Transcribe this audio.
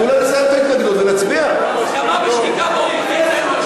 אנשים פה כמו בלול תרנגולים, ואותי אתה קורא לסדר.